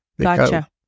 Gotcha